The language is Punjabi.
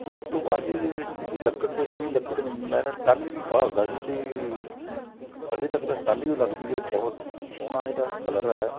ਅਤੇ ਉਹ ਤੋਂ ਬਾਅਦ ਜੇ ਇਹਦੀ ਲੱਕੜ ਦੇਖੀਏ ਲੱਕੜ ਮੈਂ ਤਾਂ ਟਾਹਲੀ ਦੀ ਭਾਲਦਾ ਸੀ ਅਤੇ ਅਜੇ ਤੱਕ ਤਾਂ ਟਾਹਲੀ ਉਹ ਲੱਗਦੀ ਹੈ ਬਹੁਤ ਸੋਹਣਾ ਇਹਦਾ ਕਲਰ ਹੈ